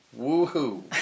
Woohoo